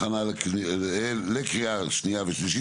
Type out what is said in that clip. הכנה לקריאה שנייה ושלישית,